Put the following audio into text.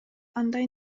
андай